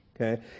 okay